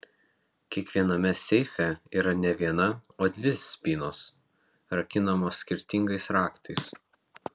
kiekviename seife yra ne viena o dvi spynos rakinamos skirtingais raktais